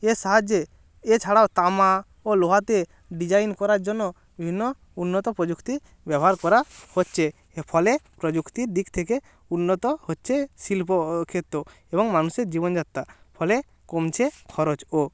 এর সাহায্যে এছাড়াও তামা ও লোহাতে ডিজাইন করার জন্য বিভিন্ন উন্নত প্রযুক্তির ব্যবহার করা হচ্ছে ফলে প্রযুক্তির দিক থেকে উন্নত হচ্ছে শিল্পক্ষেত্র এবং মানুষের জীবনযাত্রা ফলে কমছে খরচও